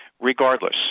regardless